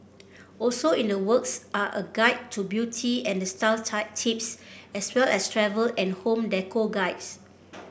also in the works are a guide to beauty and style tips as well as travel and home decor guides